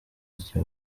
nikipe